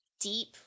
deep